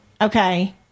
Okay